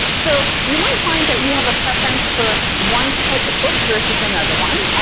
so you might find that you have a preference for one type of book versus another one.